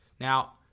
Now